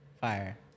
Fire